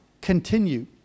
Continue